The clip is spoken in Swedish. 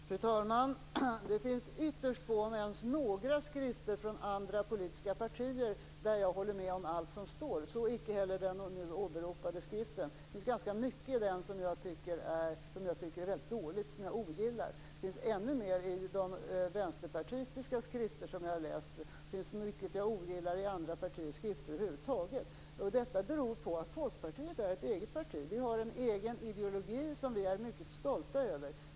Fru talman! Det finns ytterst få, om ens några, skrifter från andra politiska partier där jag håller med om allt som står i dem. Så icke heller i den nu åberopade skriften. Det finns ganska mycket i den som jag tycker är väldigt dåligt, och som jag ogillar. Det finns ännu mer sådant i de vänsterpartistiska skrifter som jag har läst - det finns mycket som jag ogillar i andra partiers skrifter över huvud taget. Detta beror på att Folkpartiet är ett eget parti, med en egen ideologi som vi är mycket stolta över.